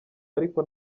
ariko